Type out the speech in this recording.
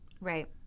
Right